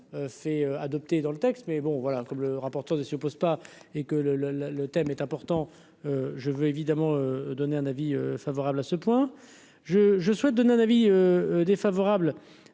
fait adopter dans le texte mais bon voilà, comme le rapporteur des suppose pas et que le le le le thème est important, je veux évidemment donné un avis favorable à ce point, je je souhaite donner un avis défavorable